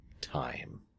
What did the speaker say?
time